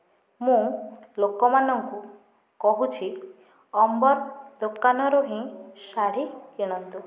ମୁଁ ଲୋକ ମାନଙ୍କୁ କହୁଛି ଅମ୍ବର୍ ଦୋକାନରୁ ହିଁ ଶାଢ଼ୀ କିଣନ୍ତୁ